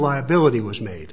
liability was made